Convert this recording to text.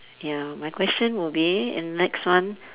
ya my question would be in next one